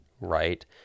right